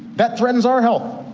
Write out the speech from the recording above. that threatens our health.